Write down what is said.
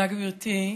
תודה, גברתי.